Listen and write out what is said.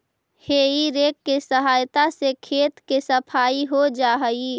हेइ rake के सहायता से खेत के सफाई हो जा हई